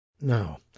Now